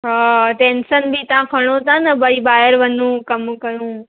हा टेंसन बि तव्हां खणो था न भाई ॿाहिरि वञूं कमु कयूं